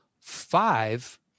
five